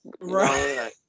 Right